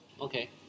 Okay